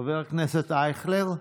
חבר הכנסת אייכלר,